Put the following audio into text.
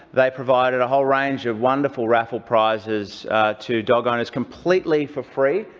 they provided a whole range of wonderful raffle prizes to dog owners completely for free.